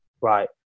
right